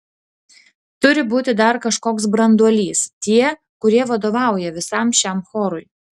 turi būti dar kažkoks branduolys tie kurie vadovauja visam šiam chorui